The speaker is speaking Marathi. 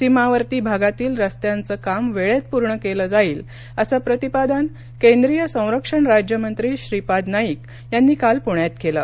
सीमावर्ती भागातील रस्त्यांचं काम वेळेत पूर्ण केलं जाईल असं प्रतिपादन केंद्रीय संरक्षण राज्यमंत्री श्रीपाद नाईक यांनी काल पूण्यात केलं